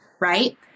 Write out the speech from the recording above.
right